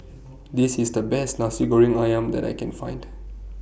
This IS The Best Nasi Goreng Ayam that I Can Find